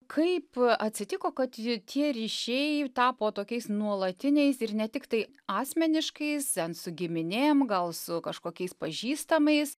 kaip atsitiko kad tie ryšiai tapo tokiais nuolatiniais ir ne tiktai asmeniškais ten su giminėm gal su kažkokiais pažįstamais